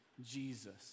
Jesus